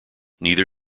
neither